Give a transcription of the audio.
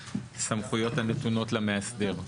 סמכויות הנתונות למאסדר.